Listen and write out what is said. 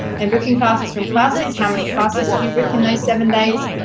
and booking classes from classes, how many classes did you book in those seven days?